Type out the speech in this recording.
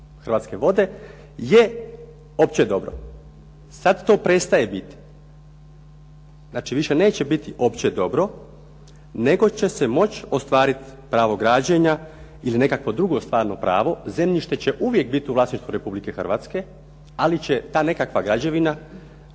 Hrvatske vode je opće dobro. Sada to prestaje biti. Znači više neće biti opće dobro, nego će se moći ostvariti pravo građenja ili nekakvo drugo stvarno pravo. Zemljište će uvijek biti u vlasništvu RH, ali će ta nekakva građevina